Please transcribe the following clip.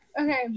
Okay